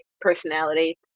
personality